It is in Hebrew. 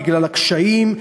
בגלל הקשיים,